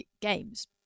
games